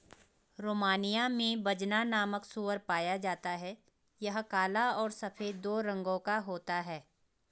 Romania में बजना नामक सूअर पाया जाता है यह काला और सफेद दो रंगो का होता है